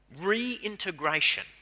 reintegration